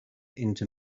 into